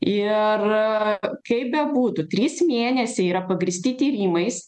ir a kaip bebūtų trys mėnesiai yra pagrįsti tyrimais